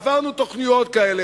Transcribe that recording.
עברנו תוכניות כאלה.